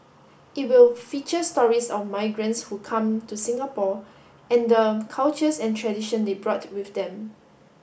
it will feature stories of migrants who come to Singapore and the cultures and tradition they brought with them